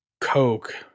coke